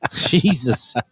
Jesus